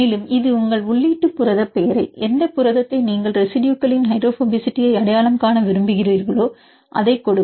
மேலும் இது உங்கள் உள்ளீட்டு புரதப் பெயரை எந்த புரதத்தை நீங்கள் ரெசிடுயுகளின் ஹைட்ரோபோபசிட்டியை அடையாளம் காண விரும்பு கிறிர்களோ அதை கொடுக்கும்